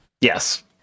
Yes